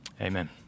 Amen